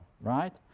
right